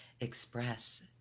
express